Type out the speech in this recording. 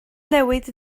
newid